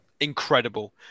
Incredible